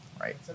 Right